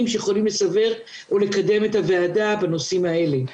שיכולים לסבר או לקדם את הוועדה בנושאים האלה.